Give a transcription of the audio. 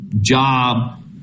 job